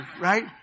Right